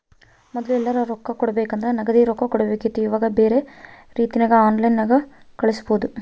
ಮೊದ್ಲು ಎಲ್ಯರಾ ರೊಕ್ಕ ಕೊಡಬೇಕಂದ್ರ ನಗದಿ ರೊಕ್ಕ ಕೊಡಬೇಕಿತ್ತು ಈವಾಗ ಬ್ಯೆರೆ ರೀತಿಗ ಆನ್ಲೈನ್ಯಾಗ ಕಳಿಸ್ಪೊದು